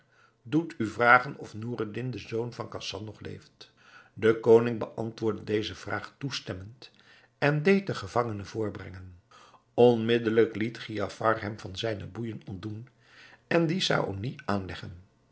doet u vragen of noureddin de zoon van khasan nog leeft de koning beantwoordde deze vraag toestemmend en deed den gevangene voorbrengen onmiddelijk liet giafar hem van zijne boeijen ontdoen en die saony aanleggen